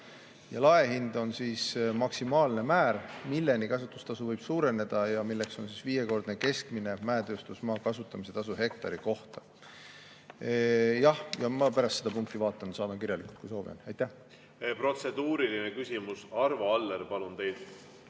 Laehind on maksimaalne määr, milleni kasutustasu võib suureneda ja milleks on viiekordne keskmine mäetööstusmaa kasutamise tasu hektari kohta. Jah, ma pärast seda punkti vaatan ja saame [vastuse] kirjalikult